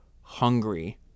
hungry